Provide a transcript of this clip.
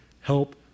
help